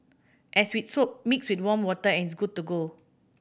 as with soap mix with warm water and it's good to go